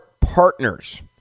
partners